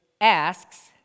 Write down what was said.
asks